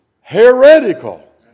heretical